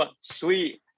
sweet